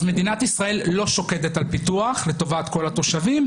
אז מדינת ישראל לא שוקדת על פיתוח לטובת כל התושבים,